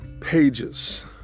pages